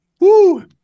Woo